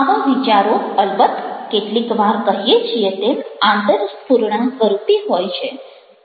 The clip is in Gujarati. આવા વિચારો અલબત્ત કેટલીક વાર કહીએ છીએ તેમ આંતરસ્ફુરણા સ્વરૂપે હોય છે